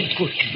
good